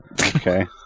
Okay